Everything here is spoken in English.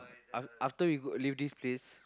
af~ after we go leave this place